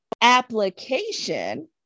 application